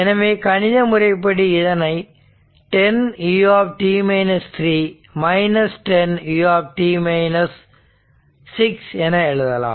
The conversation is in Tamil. எனவே கணித முறைப்படி இதனை 10 u 10 u என எழுதலாம்